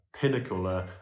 pinnacle